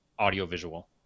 audiovisual